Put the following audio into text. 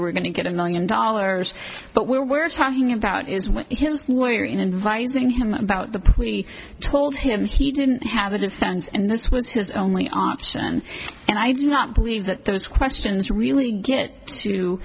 we're going to get a million dollars but we're talking about is what his lawyer in inviting him about the we told him he didn't have a defense and this was his only option and i do not believe that those questions really get to